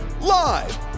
live